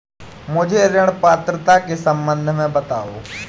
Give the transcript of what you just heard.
मुझे ऋण पात्रता के सम्बन्ध में बताओ?